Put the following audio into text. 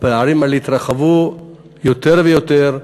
הפערים האלה יתרחבו יותר ויותר,